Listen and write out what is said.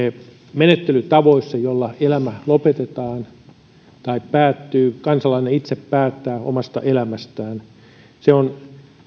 menettelytavoissa joilla elämä lopetetaan tai päättyy kansalainen itse päättää omasta elämästään se on